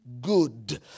good